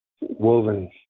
woven